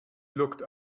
looked